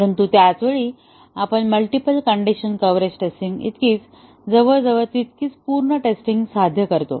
परंतु त्याचवेळी आपण मल्टीपल कण्डिशन कव्हरेज टेस्टिंग इतकीच जवळजवळ तितकीच पूर्ण टेस्टिंग साध्य करतो